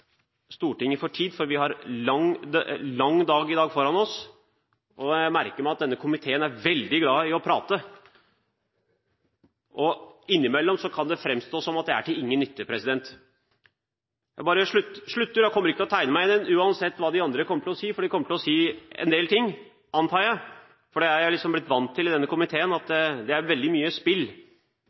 Stortinget for tid, for vi har en lang dag foran oss, og jeg merker meg at denne komiteen er veldig glad i å prate. Innimellom kan det framstå som å være til ingen nytte. Jeg bare slutter nå og kommer ikke til å tegne meg igjen, uansett hva de andre kommer til å si, for de kommer til å si en del ting, antar jeg. Jeg er liksom blitt vant til i denne komiteen at det er veldig mye spill.